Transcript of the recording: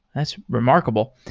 that's remarkable.